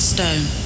Stone